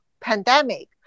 pandemic